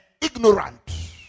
ignorant